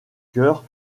chœur